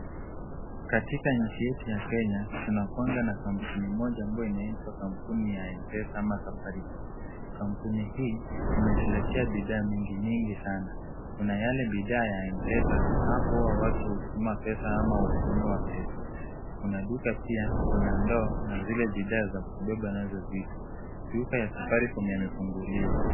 Katika nchi yetu ya Kenya tunakuwanga na kampuni moja ambayo inaitwa kampuni ya Mpesa ama Safaricom. Kampuni hii imetuletea bidhaa mingi mingi sana. Kuna yale bidhaa ya Mpesa. Hapo huwa watu hutuma pesa ama hutumiwa pesa. Kuna duka pia kuna ndoo na zile bidhaa za kubeba nazo vitu. Duka ya Safaricom yamefunguliwa.